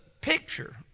picture